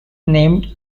named